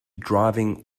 driving